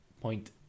point